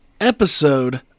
Episode